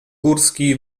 górski